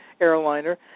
airliner